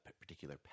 particular